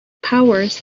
powers